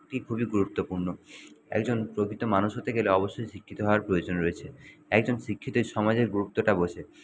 এটি খুবই গুরুত্বপূর্ণ একজন প্রকৃত মানুষ হতে গেলে অবশ্যই শিক্ষিত হওয়ার প্রয়োজন রয়েছে একজন শিক্ষিতই সমাজের গুরুত্বটা বোঝে